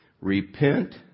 Repent